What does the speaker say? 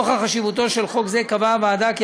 נוכח חשיבותו של חוק זה קבעה הוועדה כי